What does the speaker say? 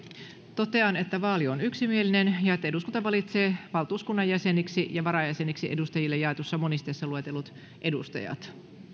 totean että vaali on yksimielinen ja että eduskunta valitsee valtuuskunnan jäseniksi ja varajäseniksi edustajille jaetussa monisteessa luetellut edustajat